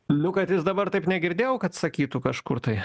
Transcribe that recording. nu kad jis dabar taip negirdėjau kad sakytų kažkur tai